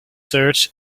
search